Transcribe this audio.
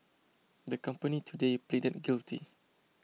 the company today pleaded guilty